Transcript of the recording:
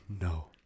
No